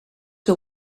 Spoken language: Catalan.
que